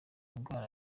ndwara